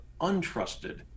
untrusted